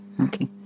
okay